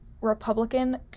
Republican